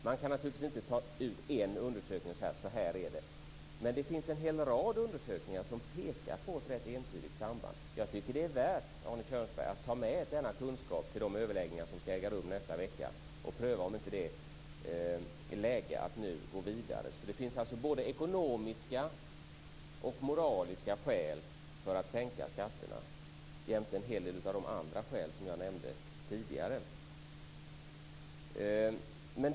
Man kan naturligtvis inte ta ut en undersökning och säga att så här är det, men det finns en hel rad undersökningar som pekar på ett rätt entydigt samband. Jag tycker att det är värt, Arne Kjörnsberg, att ta med denna kunskap till de överläggningar som skall äga rum nästa vecka och pröva om det inte är läge att nu gå vidare. Det finns alltså både ekonomiska och moraliska skäl för att sänka skatterna, jämte en hel del andra skäl som jag nämnde tidigare.